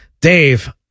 Dave